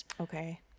Okay